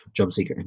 JobSeeker